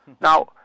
Now